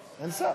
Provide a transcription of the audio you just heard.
אין שר.